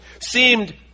seemed